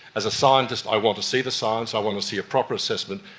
as a scientist i want to see the science, i want to see a proper assessment,